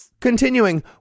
continuing